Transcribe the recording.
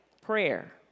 prayer